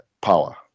power